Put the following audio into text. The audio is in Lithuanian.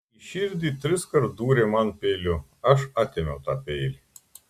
į širdį triskart dūrė man peiliu aš atėmiau tą peilį